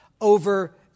over